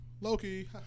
Loki